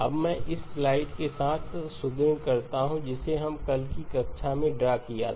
अब मैं इस स्लाइड के साथ इसे सुदृढ़ करता हूं जिसे हमने कल की कक्षा में ड्रा किया था